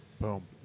Boom